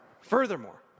furthermore